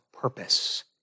purpose